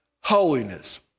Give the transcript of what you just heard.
holiness